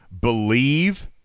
believe